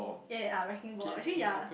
ya ya uh wrecking ball actually ya